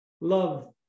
love